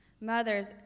Mothers